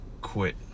quit